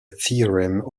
theorem